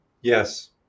Yes